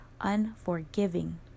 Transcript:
unforgiving